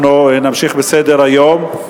אנחנו נמשיך בסדר-היום.